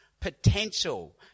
potential